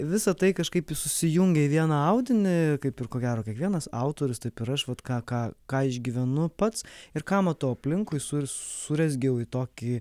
visa tai kažkaip susijungia į vieną audinį kaip ir ko gero kiekvienas autorius taip ir aš vat ką ką ką išgyvenu pats ir ką matau aplinkui su surezgiau į tokį